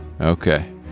Okay